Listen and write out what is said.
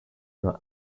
nur